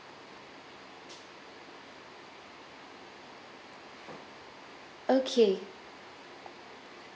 okay